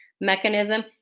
mechanism